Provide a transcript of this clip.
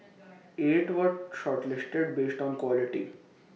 eight were shortlisted based on quality